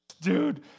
Dude